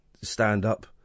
stand-up